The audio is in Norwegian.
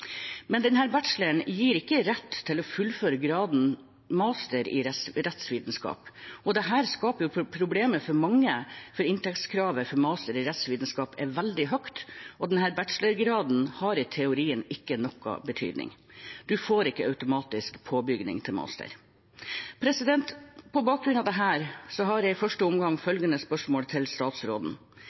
men denne bacheloren gir ikke rett til å fullføre graden master i rettsvitenskap. Dette skaper problemer for mange, for inntakskravet for master i rettsvitenskap er veldig høyt, og denne bachelorgraden har i teorien ingen betydning. En får ikke automatisk påbygging til master. På bakgrunn av dette har jeg i første omgang følgende spørsmål til statsråden: